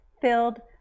filled